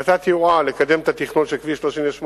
נתתי הוראה לקדם את התכנון של כביש 38,